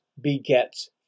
begets